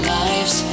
lives